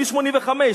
כביש 85,